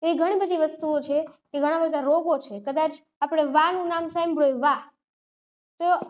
એ ઘણીબધી વસ્તુઓ છે કે ઘણાબધા રોગો છે કદાચ આપણે વાનું નામ સાંભળ્યું હોય વા તો